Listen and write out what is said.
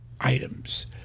items